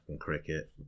cricket